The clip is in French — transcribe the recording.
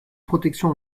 protection